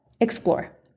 explore